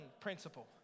principle